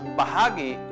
bahagi